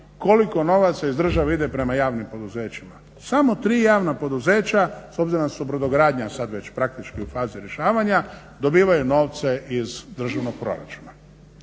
koliko novaca iz države ide prema javnim poduzećima. Samo tri javna poduzeća s obzirom da su brodogradnja sada već praktički u fazi rješavanja dobivaju novce iz državnog proračuna.